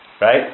Right